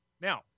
Now